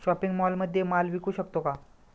Shopping मॉलमध्ये माल विकू शकतो का?